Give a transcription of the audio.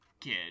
kid